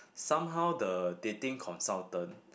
somehow the dating consultant